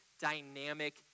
dynamic